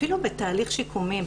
אפילו בתהליך שיקומי,